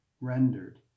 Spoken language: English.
rendered